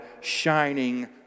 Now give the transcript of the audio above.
shining